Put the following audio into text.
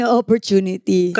opportunity